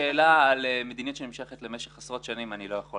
היא שאלה על מדיניות שנמשכת למשך עשרות שנים ואני לא יכול